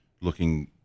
looking